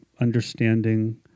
understanding